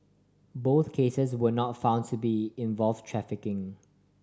both cases were not found to be involve trafficking